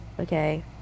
Okay